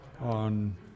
on